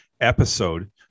episode